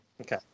Okay